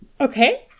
Okay